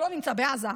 שלא נמצא בעזה,